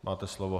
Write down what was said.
Máte slovo.